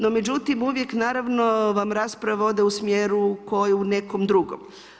No, međutim, uvijek naravno vam rasprava ode u smjeru, koje u nekom drugom.